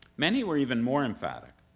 many were even more emphatic,